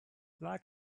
like